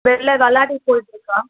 தெரில விளாடி போயிட்டுருக்கான்